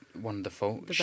wonderful